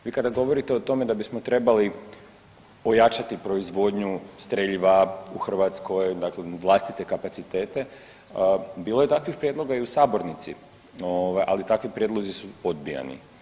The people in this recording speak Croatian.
Vi kada govorite o tome da bismo trebali ojačati proizvodnju streljiva u Hrvatskoj, dakle vlastite kapacitete bilo je je takvih prijedloga i u sabornici ovaj, ali takvi prijedlozi su odbijani.